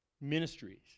ministries